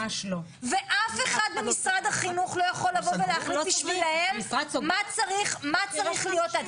ואף אחד ממשרד החינוך לא יכול לבוא ולהחליט בשבילם מה צריך להיות,